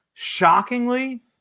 shockingly